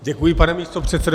Děkuji, pane místopředsedo.